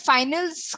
Finals